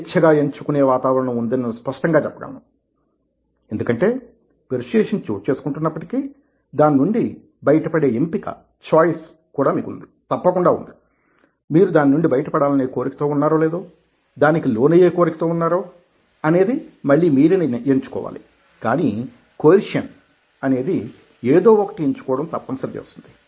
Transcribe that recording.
స్వేచ్ఛగా ఎంచుకునే వాతావరణం ఉందని నేను స్పష్టంగా చెప్పగలను ఎందుకంటే పెర్సుయేసన్ చోటు చేసుకుంటున్నప్పటికీ దాని నుండి బయటపడే ఎంపిక కూడా మీకు తప్పకుండా ఉంది మీరు దాని నుండి బయటపడాలనే కోరికతో వున్నారో లేదా దానికి లోనయే కోరికతో వున్నారా అనేది మళ్లీ మీరే ఎంచుకోవాలికానీ కొయిర్షన్ అనేది మీరు ఏదో ఒకటి ఎంచుకోవడం తప్పనిసరి చేస్తుంది